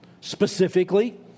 Specifically